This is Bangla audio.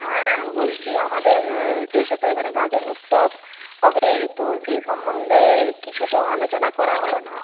হ্যাঁ বলছি আমাদের দেশে তো এবারে গাজন উৎসব হবে তো সেই সম্বন্ধে কিছু তো আলোচনা করা হলো না